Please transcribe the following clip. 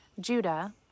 Judah